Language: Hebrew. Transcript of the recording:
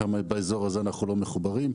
ובאזור הזה אנו לא מחוברים.